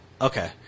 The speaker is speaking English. Okay